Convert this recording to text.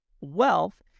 wealth